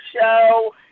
show